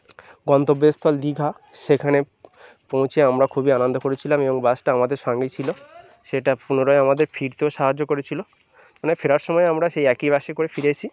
গন্তব্য স্থল দীঘা সেখানে পৌঁছে আমরা খুবই আনন্দ করেছিলাম এবং বাসটা আমাদের সঙ্গেই ছিলো সেটা পুনরায় আমাদের ফিরতেও সাহায্য করেছিলো মানে ফেরার সময় আমরা সেই একই বাসে করে ফিরেছি